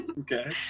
okay